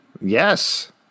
Yes